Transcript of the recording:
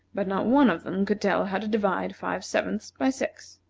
but not one of them could tell how to divide five-sevenths by six.